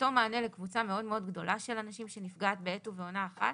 אותו מענה לקבוצה מאוד מאוד גדולה של אנשים שנפגעת בעת ובעונה אחת,